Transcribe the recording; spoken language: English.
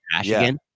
again